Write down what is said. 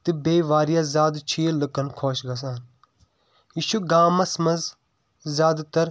تہٕ بیٚیہِ واریاہ زیادٕ چھُ یہِ لُکن خۄش گژھان یہِ چھُ گامَس منٛز زیادٕ تر